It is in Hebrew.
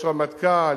יש רמטכ"ל,